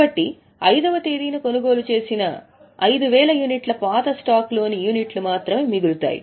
కాబట్టి 5 వ తేదీన కొనుగోలు చేసిన 5000 యూనిట్ల పురాతన స్టాక్లోని యూనిట్లు మాత్రమే మిగులుతాయి